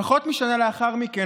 פחות משנה לאחר מכן,